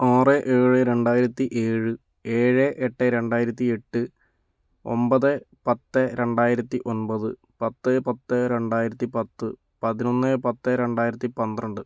ആറ് ഏഴ് രണ്ടായിരത്തി ഏഴ് ഏഴ് എട്ട് രണ്ടായിരത്തി എട്ട് ഒമ്പത് പത്ത് രണ്ടായിരത്തി ഒമ്പത് പത്ത് പത്ത് രണ്ടായിരത്തി പത്ത് പതിനൊന്ന് പത്ത് രണ്ടായിരത്തി പന്ത്രണ്ട്